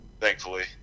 Thankfully